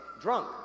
Drunk